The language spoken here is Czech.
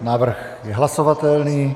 Návrh je hlasovatelný.